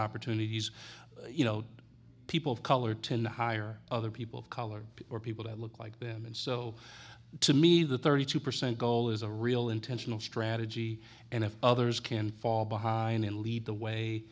opportunities you know people of color tend hire other people of color or people that look like them and so to me the thirty two percent goal is a real intentional strategy and if others can fall behind and lead the way